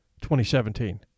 2017